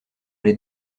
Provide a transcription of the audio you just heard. les